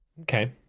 Okay